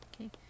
Okay